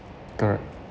correct